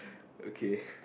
okay ppl